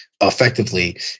effectively